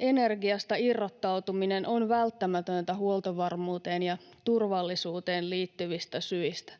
energiasta irrottautuminen on välttämätöntä huoltovarmuuteen ja turvallisuuteen liittyvistä syistä.